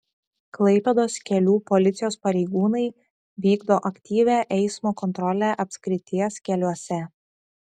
klaipėdos kelių policijos pareigūnai vykdo aktyvią eismo kontrolę apskrities keliuose